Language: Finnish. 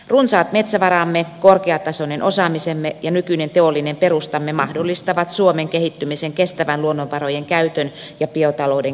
runsaat metsävaramme korkeatasoinen osaamisemme ja nykyinen teollinen perustamme mahdollistavat suomen kehittymisen kestävän luonnonvarojen käytön ja biotalouden kärkimaana